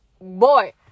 boy